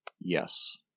Yes